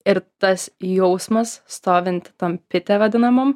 ir tas jausmas stovint tam pite vadinamam